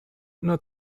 not